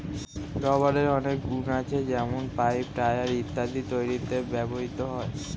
রাবারের অনেক গুন আছে যেমন পাইপ, টায়র ইত্যাদি তৈরিতে ব্যবহৃত হয়